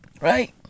Right